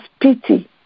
pity